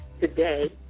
today